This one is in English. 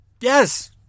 yes